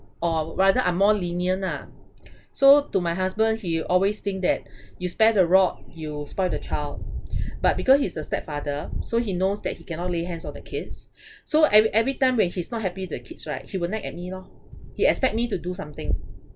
or rather I'm more lenient ah so to my husband he always think that you spare the rod you'll spoil the child but because he's the stepfather so he knows that he cannot lay hands on the kids so every every time when he's not happy with the kids right he will nag at me lor he expect me to do something